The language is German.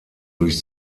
durch